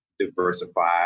diversify